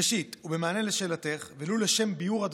ראשית, ובמענה על שאלתך ולו לשם ביאור הדברים,